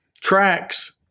tracks